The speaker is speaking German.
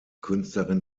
künstlerin